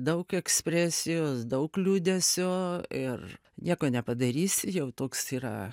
daug ekspresijos daug liūdesio ir nieko nepadarysi jau toks yra